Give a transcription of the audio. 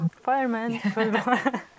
fireman